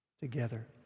together